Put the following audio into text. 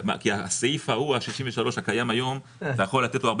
סעיף 63 הקיים היום יכול לתת לו הרבה